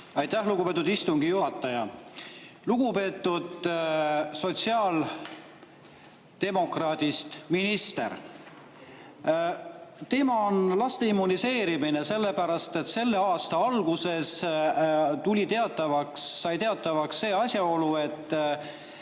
Aitäh, lugupeetud istungi juhataja! Lugupeetud sotsiaaldemokraadist minister! Teema on laste immuniseerimine, sellepärast et selle aasta alguses sai teatavaks asjaolu, et